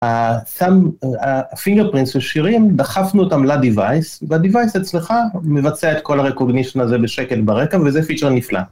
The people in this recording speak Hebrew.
הפינגרפרינטס של שירים, דחפנו אותם לדווייס, והדווייס אצלך מבצע את כל הרקוגנישן הזה בשקט ברקע, וזה פיצ'ר נפלא.